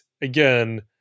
again